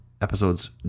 Episodes